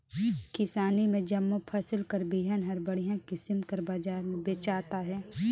किसानी में जम्मो फसिल कर बीहन हर बड़िहा किसिम कर बजार में बेंचात अहे